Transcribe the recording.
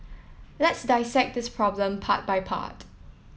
let's dissect this problem part by part